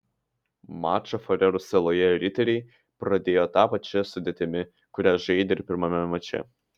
mačą farerų saloje riteriai pradėjo ta pačia sudėtimi kuria žaidė ir pirmame mače